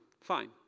Fine